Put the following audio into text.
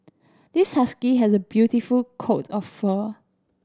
this husky has a beautiful coat of fur